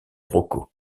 rocco